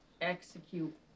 execute